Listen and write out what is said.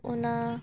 ᱚᱱᱟ